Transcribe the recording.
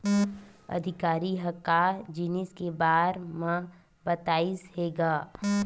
अधिकारी ह का जिनिस के बार म बतईस हे गा?